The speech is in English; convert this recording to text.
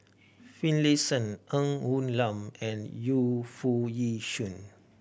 Finlayson Ng Woon Lam and Yu Foo Yee Shoon